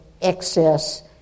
excess